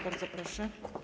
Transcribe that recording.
Bardzo proszę.